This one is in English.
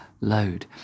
load